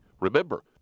Remember